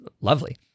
lovely